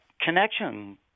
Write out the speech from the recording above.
connection